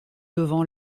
devant